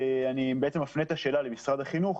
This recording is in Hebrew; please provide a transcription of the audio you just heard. אני בעצם מפנה את השאלה למשרד החינוך.